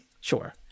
Sure